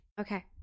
Okay